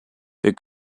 wir